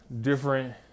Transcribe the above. different